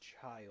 child